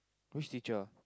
which teacher